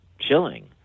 chilling